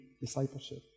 discipleship